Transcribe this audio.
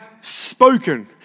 spoken